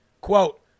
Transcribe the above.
Quote